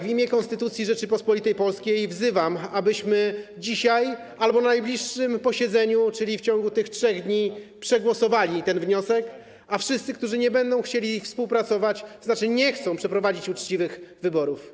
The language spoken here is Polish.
W imię Konstytucji Rzeczypospolitej Polskiej wzywam, abyśmy dzisiaj albo na najbliższym posiedzeniu, czyli w ciągu tych 3 dni, przegłosowali ten wniosek, a wszyscy, którzy nie będą chcieli współpracować - nie chcą przeprowadzić uczciwych wyborów.